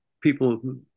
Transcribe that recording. people